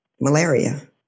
malaria